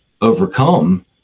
overcome